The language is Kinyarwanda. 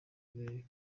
agere